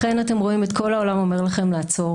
לכן אתם רואים את כל העולם אומר לכם לעצור,